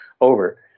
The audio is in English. over